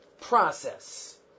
process